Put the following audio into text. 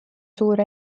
suur